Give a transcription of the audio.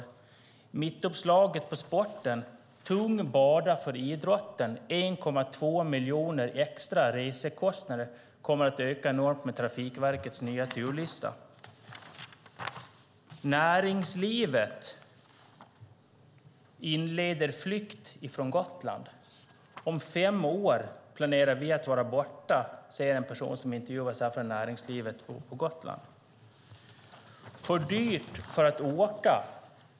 På sporten på mittuppslaget kan man läsa: Tung börda för idrotten - 1,2 miljoner extra i resekostnader. Kostnaderna kommer att öka enormt med Trafikverkets nya turlista. Näringslivet inleder flykt från Gotland. Om fem år planerar vi att vara borta, säger en person från näringslivet på Gotland som intervjuas. För dyrt för att åka.